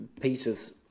Peter's